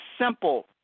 simple